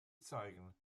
zeigen